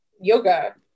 yoga